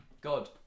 God